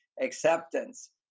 acceptance